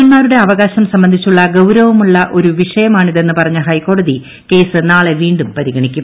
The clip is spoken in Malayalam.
പൌരന്മാരുടെ അവകാശം സംബന്ധിച്ചു ഗൌരവമുള്ള ഒരു വിഷയമാണിതെന്ന് പറഞ്ഞ ഹൈക്കോടതി കേസ് നാളെ വീണ്ടും പരിഗണിക്കും